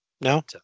No